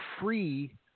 free